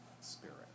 spirit